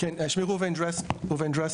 שמי ראובן דרסלר.